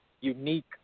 unique